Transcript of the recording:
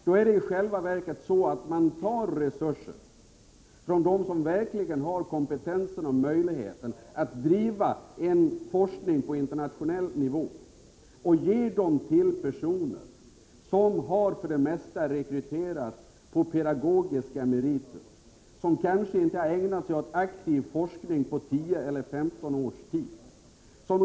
Då tar man i själva verket resurser från dem som verkligen har kompetensen och möjligheten att driva en forskning på internationell nivå och ger den till personer som för det mesta har rekryterats på pedagogiska meriter och som kanske inte har ägnat sig åt aktiv forskning på 10 eller 15 års tid.